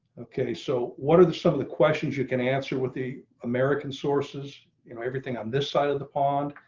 okay, so what are the some of the questions you can answer with the american sources you know everything on this side of the pond.